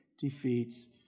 defeats